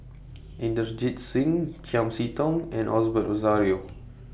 Inderjit Singh Chiam See Tong and Osbert Rozario